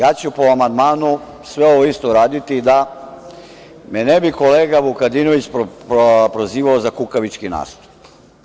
Ja ću po amandmanu sve ovo isto uraditi da me ne bi kolega Vukadinović prozivao za kukavički nastup.